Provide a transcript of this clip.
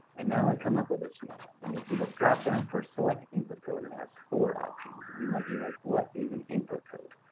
and now i come up with this and you'll see this drop down for select input code and it has four options and you might be like what is an input code.